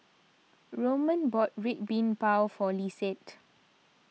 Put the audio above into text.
Roman bought Red Bean Bao for Lisette